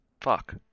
Fuck